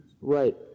right